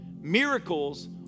Miracles